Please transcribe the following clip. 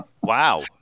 Wow